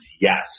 yes